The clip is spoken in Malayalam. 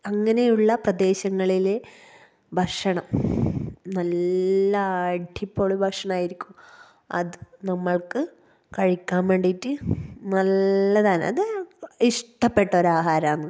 അങ്ങനെയുള്ള പ്രദേശങ്ങളില് ഭക്ഷണം നല്ല അടിപൊളി ഭക്ഷണമായിരിക്കും അത് നമ്മള്ക്ക് കഴിക്കാന് വേണ്ടിയിട്ട് നല്ലതാണ് അത് ഇഷ്ടപ്പെട്ട ഒരാഹാരമാണ്